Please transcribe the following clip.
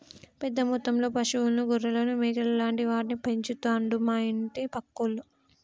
పెద్ద మొత్తంలో పశువులను గొర్రెలను మేకలు లాంటి వాటిని పెంచుతండు మా ఇంటి పక్కోళ్లు